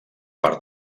part